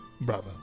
brother